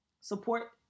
support